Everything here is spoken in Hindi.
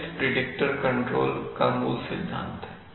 तो यह स्मिथ प्रिडिक्टर कंट्रोल का मूल सिद्धांत है